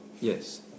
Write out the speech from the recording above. Yes